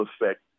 effect